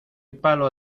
palo